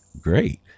great